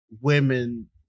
women